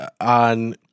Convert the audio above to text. on